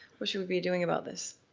what should we be doing about this?